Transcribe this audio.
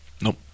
Nope